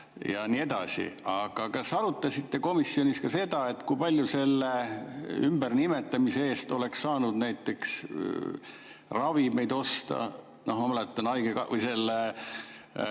ja nii edasi. Aga kas te arutasite komisjonis ka seda, kui palju selle ümbernimetamise eest oleks saanud näiteks ravimeid osta? Ma mäletan, me